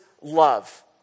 love